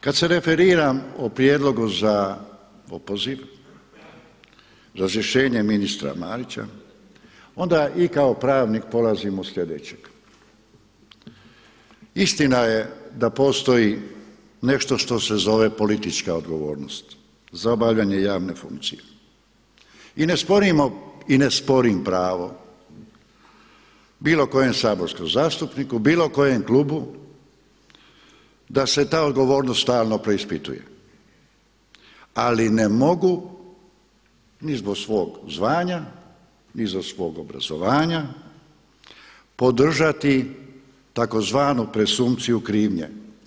Kada se referiram o prijedlogu za opoziv razrješenje ministra Marića onda i kao pravnik polazim od sljedećeg, istina je da postoji nešto što se zove politička odgovornost za obavljanje javne funkcije i ne sporim pravo bilo kojem saborskom zastupniku, bilo kojem klubu da se ta odgovornost stalno preispituje, ali ne mogu ni zbog svog zvanja ni zbog svog obrazovanja podržati tzv. presumpciju krivnje.